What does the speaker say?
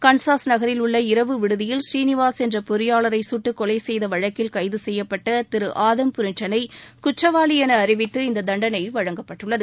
Kansas நகரில் உள்ள இரவு விடுதியில் ஸ்ரீநிவாஸ் என்ற பொறியாளரை சுட்டுக்கொலை செய்த வழக்கில் கைது செப்யப்பட்ட திரு ஆதம் புரின்டளை குற்றவாளி என அறிவித்து இந்த தண்டளை வழங்கப்பட்டுள்ளது